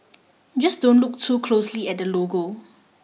just don't look too closely at the logo